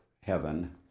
heaven